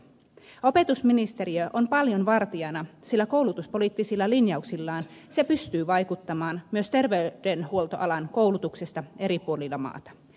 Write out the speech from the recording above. opetusministeriö on paljon vartijana sillä koulutuspoliittisilla linjauk sillaan se pystyy vastaamaan myös terveydenhuoltoalan koulutuksesta eri puolilla maata